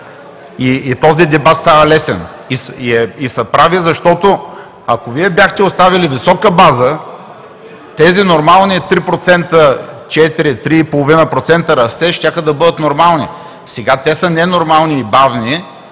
И този дебат става лесен. И са прави, защото, ако Вие бяхте оставили висока база, тези нормални 3, 3,5 – 4% растеж, щяха да бъдат нормални. Сега те са ненормални и бавни,